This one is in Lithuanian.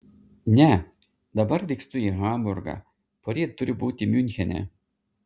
ne dabar vykstu į hamburgą poryt turiu būti miunchene